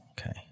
Okay